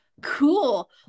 cool